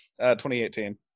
2018